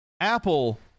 Apple